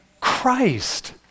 christ